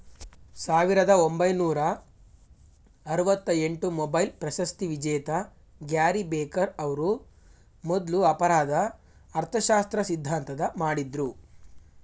ಸಾವಿರದ ಒಂಬೈನೂರ ಆರವತ್ತಎಂಟು ಮೊಬೈಲ್ ಪ್ರಶಸ್ತಿವಿಜೇತ ಗ್ಯಾರಿ ಬೆಕರ್ ಅವ್ರು ಮೊದ್ಲು ಅಪರಾಧ ಅರ್ಥಶಾಸ್ತ್ರ ಸಿದ್ಧಾಂತ ಮಾಡಿದ್ರು